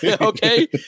Okay